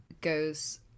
goes